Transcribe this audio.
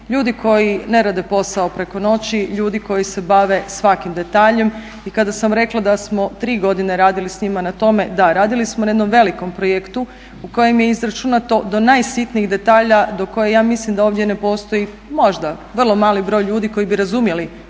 ljudi koji ne rade posao preko noći, ljudi koji se bave svakim detaljem i kada sam rekla da smo tri godine radili s njima na tome, da, radili smo na jednom velikom projektu u kojem je izračunato do najsitnijih detalja do koje ja mislim da ovdje ne postoji, možda vrlo mali broj ljudi koji bi razumjeli